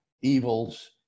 evils